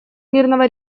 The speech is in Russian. мирного